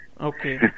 Okay